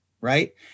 right